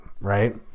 right